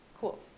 cool